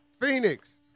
Phoenix